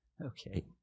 Okay